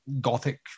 gothic